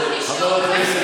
אמרתי שעופר כסיף,